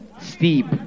Steep